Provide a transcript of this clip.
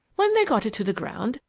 when they got it to the ground,